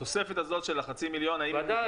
האם התוספת הזו של חצי מיליון מותנת?